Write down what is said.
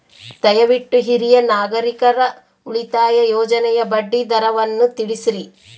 ದಯವಿಟ್ಟು ಹಿರಿಯ ನಾಗರಿಕರ ಉಳಿತಾಯ ಯೋಜನೆಯ ಬಡ್ಡಿ ದರವನ್ನು ತಿಳಿಸ್ರಿ